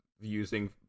using